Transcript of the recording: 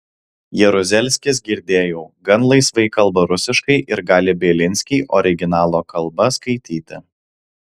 jaruzelskis girdėjau gan laisvai kalba rusiškai ir gali bielinskį originalo kalba skaityti